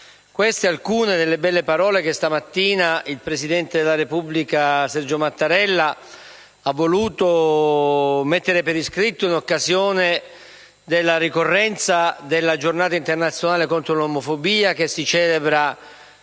Queste sono alcune delle belle parole che questa mattina il presidente della Repubblica Sergio Mattarella ha voluto mettere per iscritto in occasione della ricorrenza della Giornata internazionale contro l'omofobia che si celebra